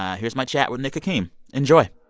ah here's my chat with nick hakim. enjoy